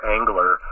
Angler